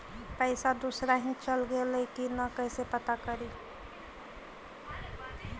पैसा दुसरा ही चल गेलै की न कैसे पता करि?